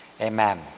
Amen